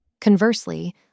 Conversely